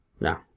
no